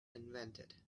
invented